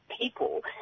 people